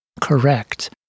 correct